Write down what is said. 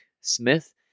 Smith